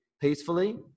peacefully